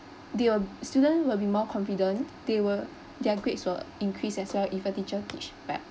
they will student will be more confident they will their grades will increase as well if a teacher teach back